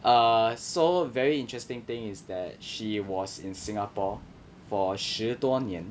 err so very interesting thing is that she was in singapore for 十多年